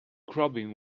grabbing